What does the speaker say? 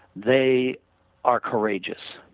they are courageous,